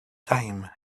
time